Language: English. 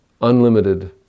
unlimited